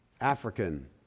African